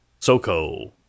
Soco